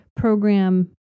program